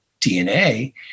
DNA